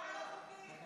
הצבעה לא חוקית.